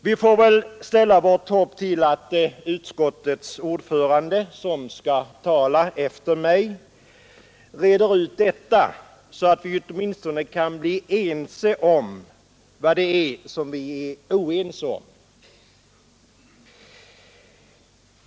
Vi får väl ställa vårt hopp till att utskottets ordförande, som skall tala efter mig, reder ut detta så att vi åtminstone kan bli ense om vad det är som vi är oense om.